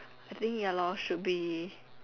I think ya lor should be